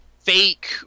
fake